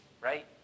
right